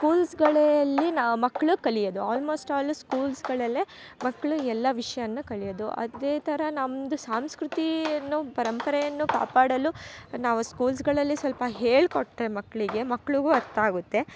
ಸ್ಕೂಲ್ಸ್ಗಳೇ ಅಲ್ಲಿ ನಾ ಮಕ್ಳು ಕಲಿಯದು ಆಲ್ಮೊಸ್ಟ್ ಆಲು ಸ್ಕೂಲ್ಸ್ಗಳಲ್ಲೆ ಮಕ್ಕಳು ಎಲ್ಲ ವಿಷಯಾನ ಕಲಿಯೋದು ಅದೇ ಥರ ನಮ್ಮದು ಸಂಸ್ಕೃತಿಯನ್ನು ಪರಂಪರೆಯನ್ನು ಕಾಪಾಡಲು ನಾವು ಸ್ಕೂಲ್ಸ್ಗಳಲ್ಲಿ ಸ್ವಲ್ಪ ಹೇಳಿ ಕೊಟ್ಟರೆ ಮಕ್ಕಳಿಗೆ ಮಕ್ಕಳಿಗೂ ಅರ್ಥ ಆಗುತ್ತೆ